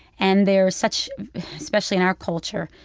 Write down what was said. and there's such especially in our culture,